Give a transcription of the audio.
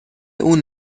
اون